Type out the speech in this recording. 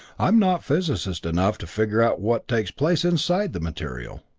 i'm not physicist enough to figure out what takes place inside the material.